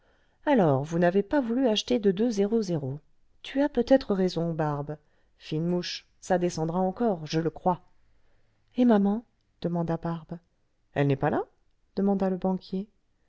alors vous n'avez pas voulu un wagon de tube acheter de tu as peut-être raison barbe fine mouche ça descendra encore je le crois et maman demanda barbe elle n'est pas là demanda le banquier